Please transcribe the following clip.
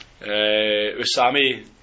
Usami